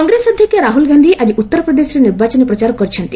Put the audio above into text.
କଂଗ୍ରେସ ଅଧ୍ୟକ୍ଷ ରାହ୍ରଲ୍ ଗାନ୍ଧି ଆଜି ଉତ୍ତର ପ୍ରଦେଶରେ ନିର୍ବାଚନୀ ପ୍ରଚାରକ କରିଛନ୍ତି